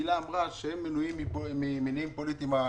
הילה אמרה שאין מינויים ממניעים פוליטיים.